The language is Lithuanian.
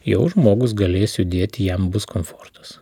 jau žmogus galės judėti jam bus komfortas